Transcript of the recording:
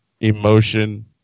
emotion